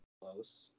close